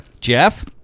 Jeff